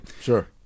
Sure